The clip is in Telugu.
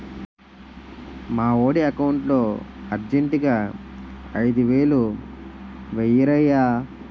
మావోడి ఎకౌంటులో అర్జెంటుగా ఐదువేలు వేయిరయ్య